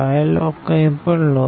5 લો કંઈપણ લો